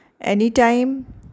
anytime